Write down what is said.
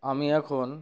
আমি এখন